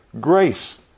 grace